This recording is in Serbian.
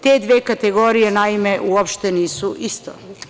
Te dve kategorije, naime, uopšte nisu isto.